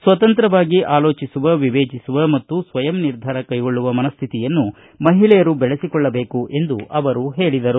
ಸ್ವಕಂತ್ರವಾಗಿ ಆಲೋಚಿಸುವ ವಿವೇಚಿಸುವ ಮತ್ತು ಸ್ವಯಂ ನಿರ್ಧಾರ ಕೈಗೊಳ್ಳುವ ಮನಶ್ಠಿತಿಯನ್ನು ಮಹಿಳೆಯರು ಬೆಳೆಸಿಕೊಳ್ಳಬೇಕು ಎಂದು ಹೇಳಿದರು